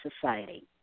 society